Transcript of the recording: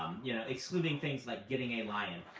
um yeah excluding things like getting a lion.